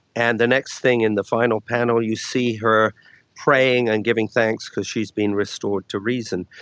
and the next thing in the final panel you see her praying and giving thanks because she has been restored to reason.